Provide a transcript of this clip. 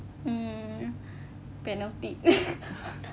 hmm penalty